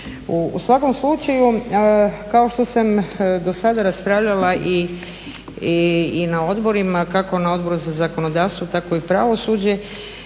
U svakom slučaju, kao što sam do sada raspravljala i na odborima, kako na odboru za zakonodavstvo, tako i pravosuđe,